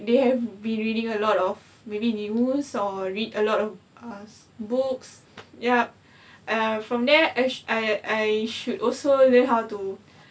they have been reading a lot of maybe news or read a lot of books books yup err from there I I I should also learn how to